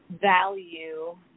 value